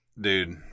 dude